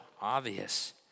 obvious